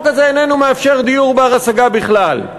הזה איננו מאפשר דיור בר-השגה בכלל.